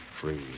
freeze